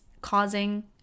causing